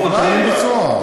אנחנו מקדמים ביצוע.